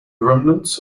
remnants